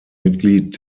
mitglied